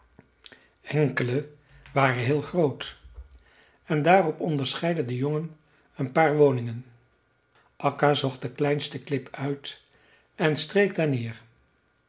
enkele waren heel groot en daarop onderscheidde de jongen een paar woningen akka zocht de kleinste klip uit en streek daar neer